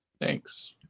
thanks